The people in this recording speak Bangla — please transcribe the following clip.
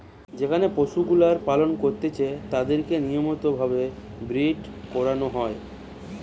যেখানে পশুগুলার পালন করতিছে তাদিরকে নিয়মিত ভাবে ব্রীড করানো হয়